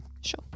Sure